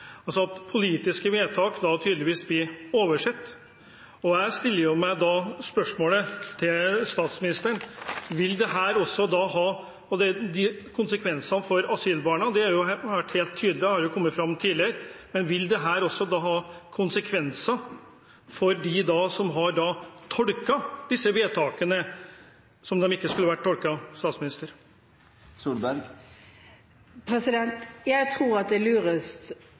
at politiske vedtak tydeligvis blir oversett. Jeg stiller da følgende spørsmål til statsministeren: Konsekvensene av dette for asylbarna er jo helt tydelige og har kommet fram tidligere, men vil dette også få konsekvenser for dem som har tolket disse vedtakene på en måte som de ikke skulle vært tolket? Jeg tror at det